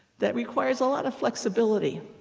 that requires a lot of flexibility.